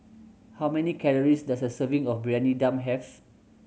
how many calories does a serving of Briyani Dum have